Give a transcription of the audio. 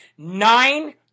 Nine